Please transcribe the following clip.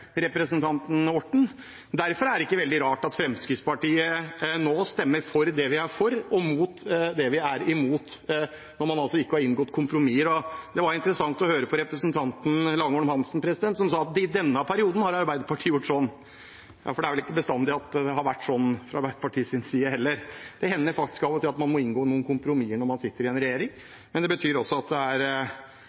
Derfor er det ikke veldig rart at Fremskrittspartiet nå stemmer for det vi er for, og mot det vi er mot – når man altså ikke har inngått kompromisser. Det var interessant å høre på representanten Langholm Hansen, som sa at Arbeiderpartiet hadde gjort sånn i «denne perioden». Ja, for det er vel ikke bestandig at det har vært sånn fra Arbeiderpartiets side heller. Det hender faktisk av og til at man må inngå noen kompromisser når man sitter i en regjering. Men det betyr også at det er